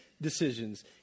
Decisions